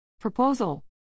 Proposal